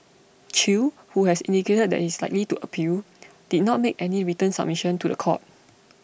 Chew who has indicated that he is likely to appeal did not make any written submission to the court